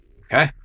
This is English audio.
Okay